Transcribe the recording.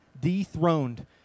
dethroned